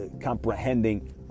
comprehending